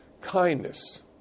Kindness